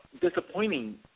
Disappointing